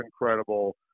incredible